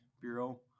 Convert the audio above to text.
Bureau